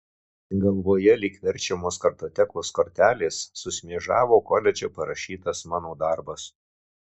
galvoje lyg verčiamos kartotekos kortelės sušmėžavo koledže parašytas mano darbas